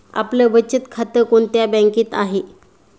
आपलं बचत खातं कोणत्या बँकेत आहे?